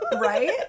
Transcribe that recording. Right